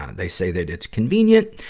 they say that it's convenient,